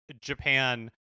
Japan